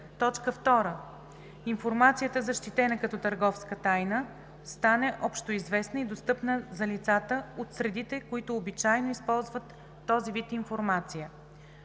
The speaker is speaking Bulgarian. тайна; 2. информацията, защитена като търговска тайна, стане общоизвестна и достъпна за лицата от средите, които обичайно използват този вид информация.